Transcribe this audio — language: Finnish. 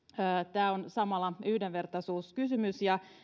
tämä on samalla yhdenvertaisuuskysymys ja